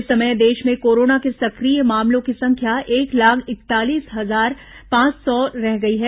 इस समय देश में कोरोना के सक्रिय मामलों की संख्या एक लाख इकतालीस हजार पांच सौ रह गई है